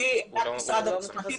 לפי משרד המשפטים,